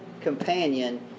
companion